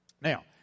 Now